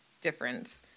different